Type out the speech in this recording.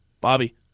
Bobby